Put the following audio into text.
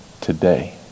today